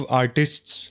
artists